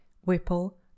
Whipple